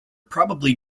probably